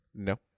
No